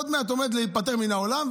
עוד מעט הוא עומד להיפטר מן העולם,